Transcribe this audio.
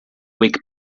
whig